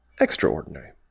extraordinary